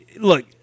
look